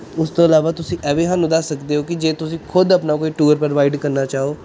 ਉਸ ਤੋਂ ਇਲਾਵਾ ਤੁਸੀਂ ਇਹ ਵੀ ਸਾਨੂੰ ਦੱਸ ਸਕਦੇ ਹੋ ਕਿ ਜੇ ਤੁਸੀਂ ਖੁਦ ਆਪਣਾ ਕੋਈ ਟੂਰ ਪ੍ਰੋਵਾਈਡ ਕਰਨਾ ਚਾਹੋ